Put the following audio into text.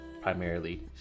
primarily